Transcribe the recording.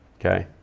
okay?